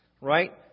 Right